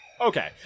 Okay